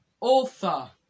author